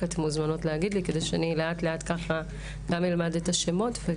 אתן מוזמנות להגיד לי כדי שלאט-לאט אני אלמד את השמות.